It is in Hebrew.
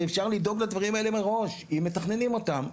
זה שאפשר לדאוג לדברים האלה מראש אם מתכננים אותם,